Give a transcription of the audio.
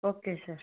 okay sir